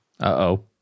Uh-oh